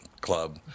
Club